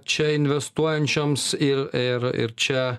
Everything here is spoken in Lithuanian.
čia investuojančioms ir ir ir čia